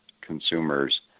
consumers